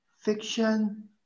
fiction